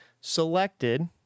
selected